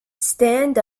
stand